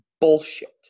bullshit